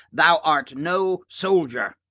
thou art no soldier.